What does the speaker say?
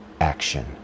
action